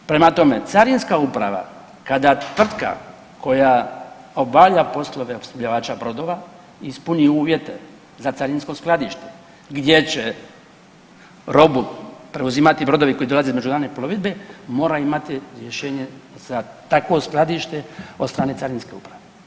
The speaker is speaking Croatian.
Prema tome, Carinska uprava kada tvrtka koja obavlja poslove opskrbljivača brodova ispuni uvjete za carinsko skladište gdje će robu preuzimati brodovi koji dolaze iz međunarodne plovidbe mora imati rješenje za takvo skladište od strane Carinske uprave.